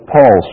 Paul